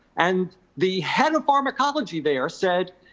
and the head of pharmacology there said,